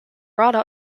brought